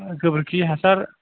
ओ गोबोरखि हासार